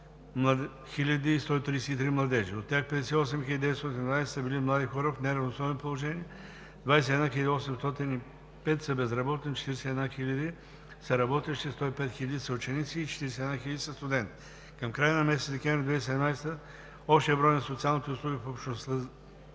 От тях 58 912 са били млади хора в неравностойно положение, 21 805 са безработни, 41 955 са работещи, 105 202 са ученици, а 41 221 са студенти. Към края на месец декември 2017 г. общият брой на социалните услуги